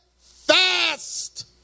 fast